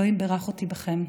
אלוהים ברך אותי בכם.